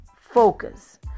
focus